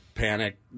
Panic